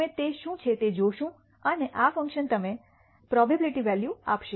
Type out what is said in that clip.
અમે તે શું છે તે જોશું અને આ ફંકશન તમને પ્રોબેબીલીટી વૅલ્યુ આપશે